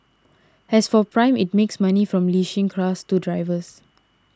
as for Prime it makes money from leasing cars to drivers